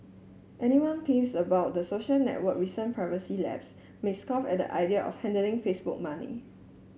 anyone peeves about the social network recent privacy lapses may scoff at the idea of handing Facebook money